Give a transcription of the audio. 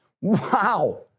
Wow